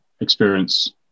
experience